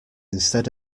instead